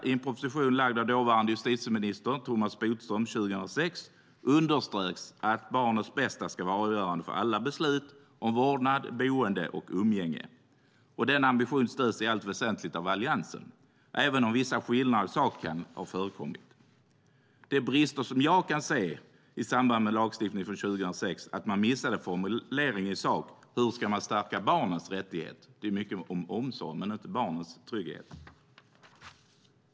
I en proposition framlagd av dåvarande justitieministern Thomas Bodström 2006 underströks att barnets bästa ska vara avgörande för alla beslut om vårdnad, boende och umgänge. Denna ambition stöds i allt väsentligt av Alliansen, även om vissa skillnader i sak kan ha förekommit. De brister som jag kan se i samband med lagstiftningen från 2006 är att man missade formuleringen i sak när det gäller hur man ska stärka barnens rättigheter. Det handlar mycket om omsorg men inte så mycket barnens trygghet.